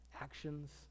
actions